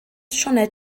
sioned